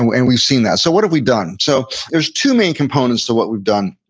and and we've seen that so what have we done? so there's two main components to what we've done.